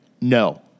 no